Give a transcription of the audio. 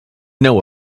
know